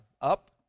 up